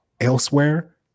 elsewhere